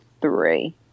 three